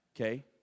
Okay